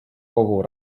kogu